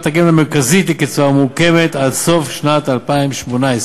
הגמל המרכזית לקצבה מוקמת עד סוף שנת 2018,